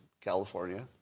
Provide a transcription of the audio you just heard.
California